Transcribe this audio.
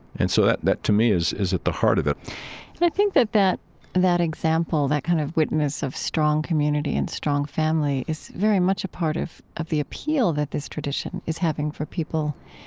and so that, to me, is is at the heart of it and i think that that that example, that kind of witness of strong community and strong family, is very much a part of of the appeal that this tradition is having for people,